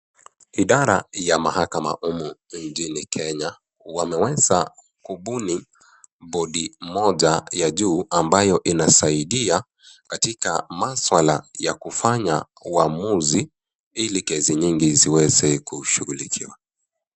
Idara ya mahakama humu nchini Kenya wameweza kubuni bodi moja ya juu ambayo inasaidia katika masuala ya kufanya uhamuzi ili kesi nyingi ziweze kushughulikiwa.